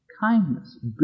Kindness